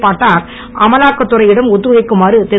பாட்டக் அமலாக்கத்துறையிடம் ஒத்துழைக்குமாறு திரு